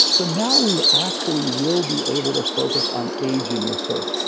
so now we actually will be able to focus on aging research.